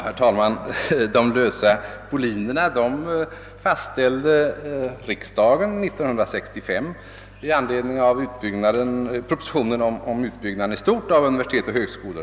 Herr talman! >»De lösa grunderna» fastställde riksdagen år 1965 i anledning av propositionen om utbyggnad i stort av universitet och högskolor!